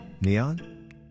Neon